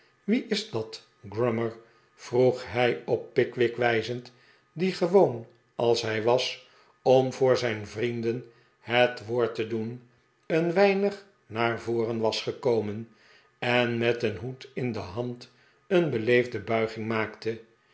wie is dat grummer vroeg hij op pickwick wijzend die gewoon als hij was om voor zijn vrienden het woord te doen een weinig naar voren was gekomen en met zijn hoed in de hand een beleefde bulging maakte